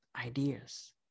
ideas